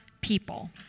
people